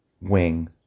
wing